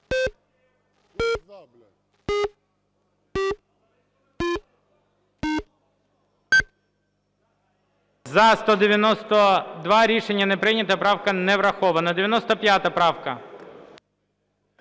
За-192 Рішення не прийнято. Правка не врахована. 95 правка.